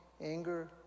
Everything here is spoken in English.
anger